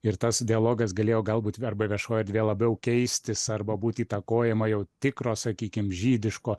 ir tas dialogas galėjo galbūt arba viešoj erdvėj labiau keistis arba būti įtakojama jau tikro sakykim žydiško